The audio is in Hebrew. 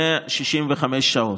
165 שעות.